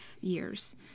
years